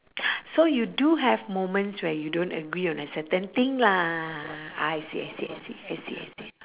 so you do have moments where you don't agree on a certain thing lah I see I see I see I see I see